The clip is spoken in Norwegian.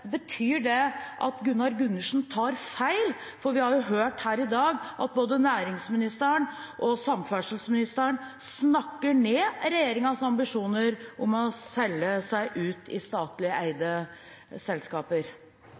Betyr det at Gunnar Gundersen tar feil, for vi har jo hørt her i dag at både næringsministeren og samferdselsministeren snakker ned regjeringens ambisjoner om å selge seg ut i statlig eide selskaper?